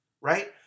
right